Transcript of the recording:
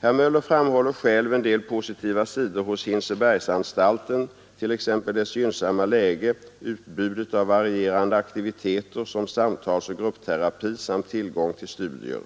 Herr Möller framhåller själv en del positiva sidor hos Hinsebergsanstalten, t.ex. dess gynnsamma läge, utbudet av varierande aktiviteter som samtalsoch gruppterapi samt tillgång till studier.